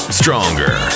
stronger